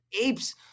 apes